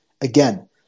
Again